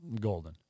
golden